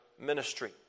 ministry